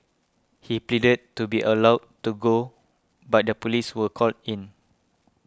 he pleaded to be allowed to go but the police were called in